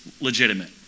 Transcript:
legitimate